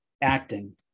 acting